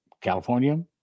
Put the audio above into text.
California